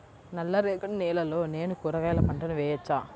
నల్ల రేగడి నేలలో నేను కూరగాయల పంటను వేయచ్చా?